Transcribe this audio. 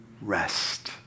rest